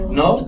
no